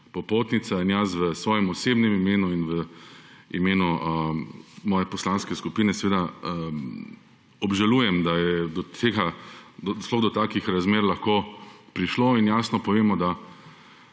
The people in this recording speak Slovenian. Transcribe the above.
popotnica in jaz, v svojem osebnem imenu in v imenu moje poslanske skupine, seveda, obžalujem, da je do tega, sploh do takih razmer lahko prišlo in jasno povemo, da